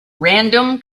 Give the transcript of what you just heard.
random